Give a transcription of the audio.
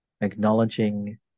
acknowledging